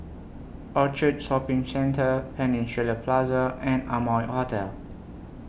Orchard Shopping Centre Peninsula Plaza and Amoy Hotel